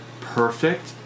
perfect